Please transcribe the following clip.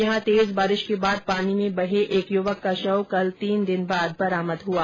यहां तेज बारिश के बाद पानी में बहे एक युवक का शव कल तीन दिन बाद बरामद हुआ